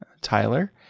Tyler